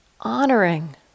honoring